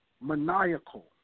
maniacal